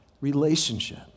relationship